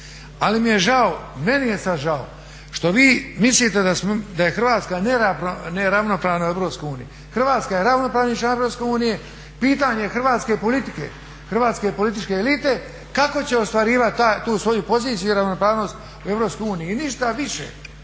Ali mi je žao, meni je sad žao što vi mislite da je Hrvatska neravnopravna u Europskoj uniji. Hrvatska je ravnopravni član Europske unije. Pitanje hrvatske politike, hrvatske političke elite kako će ostvarivati tu svoju poziciju i ravnopravnost u EU i ništa više.